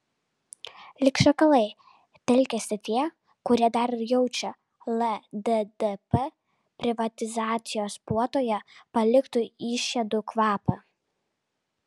lyg šakalai telkiasi tie kurie dar jaučia lddp privatizacijos puotoje paliktų išėdų kvapą